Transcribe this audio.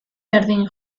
berdin